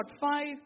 five